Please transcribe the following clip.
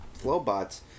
Flowbots